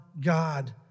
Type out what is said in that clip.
God